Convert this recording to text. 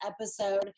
episode